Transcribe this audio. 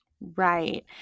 Right